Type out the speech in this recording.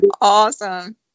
awesome